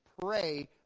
pray